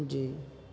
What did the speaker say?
جی